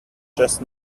just